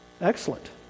Excellent